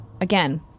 again